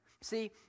See